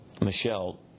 Michelle